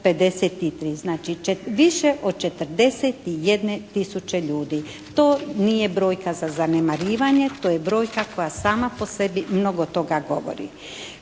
953. Znači više od 41 tisuće ljudi. To nije brojka za zanemarivanje, to je brojka koja sama po sebi mnogo toga govori.